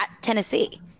Tennessee